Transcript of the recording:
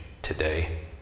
today